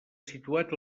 situat